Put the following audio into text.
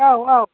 औ औ